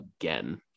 again